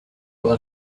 well